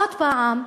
עוד הפעם,